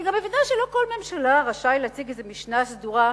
אני גם מבינה שלא כל ראש ממשלה רשאי להציג איזו משנה סדורה.